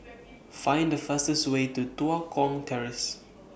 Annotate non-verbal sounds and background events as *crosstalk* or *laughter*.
*noise* Find The fastest Way to Tua Kong Terrace